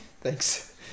Thanks